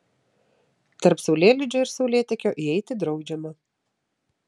tarp saulėlydžio ir saulėtekio įeiti draudžiama